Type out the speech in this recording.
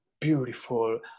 beautiful